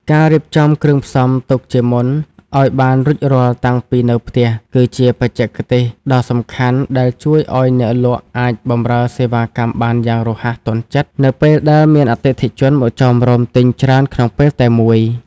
ការរៀបចំគ្រឿងផ្សំទុកជាមុនឱ្យបានរួចរាល់តាំងពីនៅផ្ទះ គឺជាបច្ចេកទេសដ៏សំខាន់ដែលជួយឱ្យអ្នកលក់អាចបម្រើសេវាកម្មបានយ៉ាងរហ័សទាន់ចិត្តនៅពេលដែលមានអតិថិជនមកចោមរោមទិញច្រើនក្នុងពេលតែមួយ។